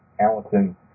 Allison